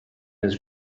his